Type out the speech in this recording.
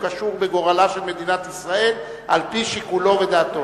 קשור בגורלה של מדינת ישראל על-פי שיקולו ודעתו,